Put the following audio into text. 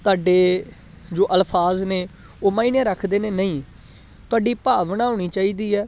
ਤੁਹਾਡੇ ਜੋ ਅਲਫਾਜ਼ ਨੇ ਉਹ ਮਾਇਨੇ ਰੱਖਦੇ ਨੇ ਨਹੀਂ ਤੁਹਾਡੀ ਭਾਵਨਾ ਹੋਣੀ ਚਾਹੀਦੀ ਹੈ